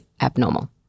abnormal